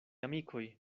amikoj